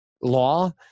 law